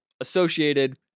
associated